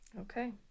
Okay